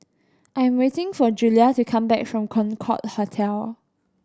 I am waiting for Julia to come back from Concorde Hotel